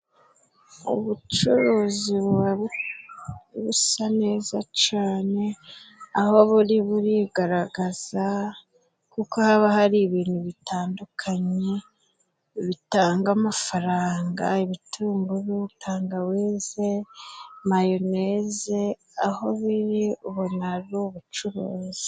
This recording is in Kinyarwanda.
Ubucuruzi buba busa neza cane aho buri buri burigaragaza kuko haba hari ibintu bitandukanye bitanga amafaranga ibitunguru, tangawize, mayoneze aho biri ubona ari ubucuruzi.